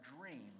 dream